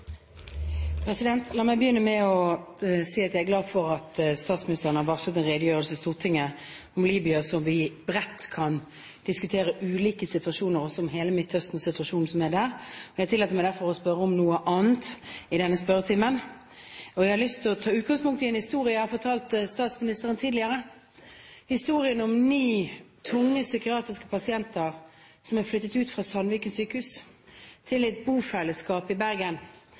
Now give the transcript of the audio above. hovedspørsmål. La meg begynne med å si at jeg er glad for at statsministeren har varslet en redegjørelse i Stortinget om Libya så vi bredt kan diskutere ulike situasjoner – også hele Midtøsten-situasjonen. Jeg tillater meg derfor å spørre om noe annet i denne spørretimen. Jeg har lyst til å ta utgangspunkt i en historie jeg har fortalt statsministeren tidligere – historien om ni tunge psykiatriske pasienter som har flyttet ut fra Sandviken sykehus til et bofellesskap i Bergen,